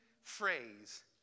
phrase